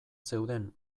zeuden